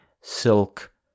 silk